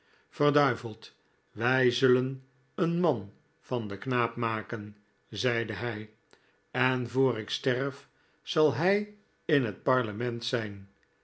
verduiveld wij zullen een man van den knaap maken zeide hij en voor ik sterf zal hij in het parlement zijn